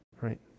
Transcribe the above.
right